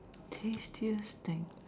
tedious tank